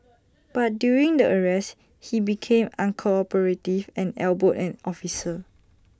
but during the arrest he became uncooperative and elbowed an officer